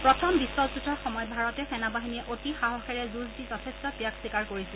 প্ৰথম বিশ্বযুদ্ধৰ সময়ত ভাৰতীয় সেনাবাহিনীয়ে অতি সাহসেৰে যুঁজ দি যথেষ্ট ত্যাগ স্বীকাৰ কৰিছিল